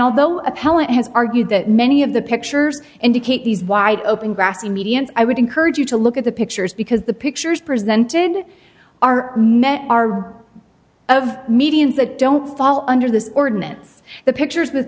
although appellant has argued that many of the pictures indicate these wide open grassy medians i would encourage you to look at the pictures because the pictures presented are are of mediums that don't fall under this ordinance the pictures with